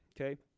Okay